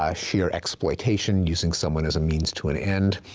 ah sheer exploitation, using someone as a means to an end,